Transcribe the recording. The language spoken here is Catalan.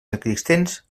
existents